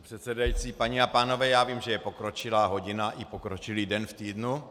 Pane předsedající, paní a pánové, já vím, že je pokročilá hodina i pokročilý den v týdnu.